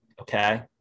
okay